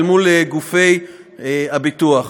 אל מול גופי הביטוח.